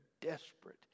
desperate